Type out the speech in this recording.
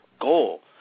goal